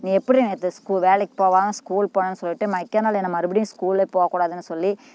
நீ எப்பிட்றி நேற்று வேலைக்கு போகாம ஸ்கூல் போனேன்னு சொல்லிவிட்டு மைக்காநாள் என்னை மறுபடியும் ஸ்கூல்லே போகக்கூடாதுன்னு சொல்லி